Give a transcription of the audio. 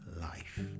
life